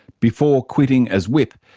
before quitting as whip,